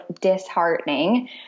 disheartening